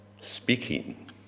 Speaking